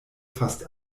fast